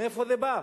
מאיפה זה בא?